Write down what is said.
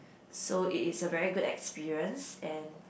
so it is a very good experience and